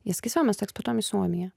jie sakys o mes eksportuojam į suomiją